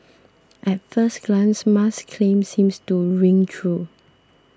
at first glance Musk's claim seems to ring true